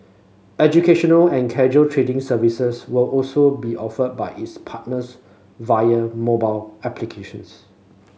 educational and casual trading services will also be offered by its partners via mobile applications